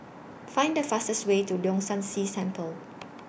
Find The fastest Way to Leong San See Temple